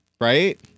right